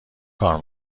کار